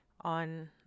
on